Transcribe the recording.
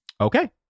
Okay